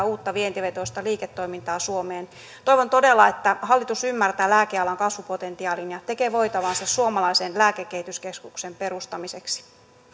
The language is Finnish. uutta vientivetoista liiketoimintaa suomeen toivon todella että hallitus ymmärtää lääkealan kasvupotentiaalin ja tekee voitavansa suomalaisen lääkekehityskeskuksen perustamiseksi